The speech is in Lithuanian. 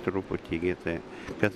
truputį gi tai kad